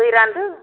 दै रानदों